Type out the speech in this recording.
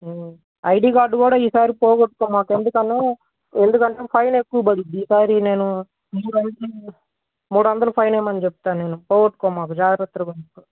ID card కూడా ఈసారి పోగొట్టుకోమాకు ఎందుకని ఎందుకంటే ఫైన్ ఎక్కువ పడుద్ది ఈసారి నేను మీరు అనుకున్నంత మూడు వందలు ఫైన్ వేయమని చెప్తా పోగొట్టుకోమాకు జాగ్రత్తగా ఉంచుకో